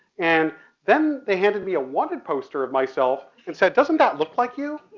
and then they handed me a wanted poster of myself said, doesn't that look like you?